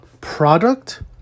product